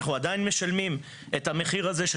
אנחנו עדיין משלמים את המחיר הזה של